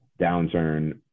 downturn